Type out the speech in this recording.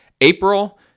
April